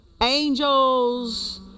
angels